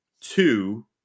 two